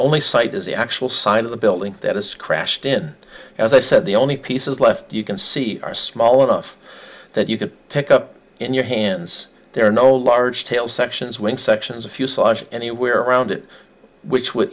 is the actual side of the building that is crashed in as i said the only pieces left you can see are small enough that you could pick up in your hands there are no large tail sections wing sections of fuselage anywhere around it which would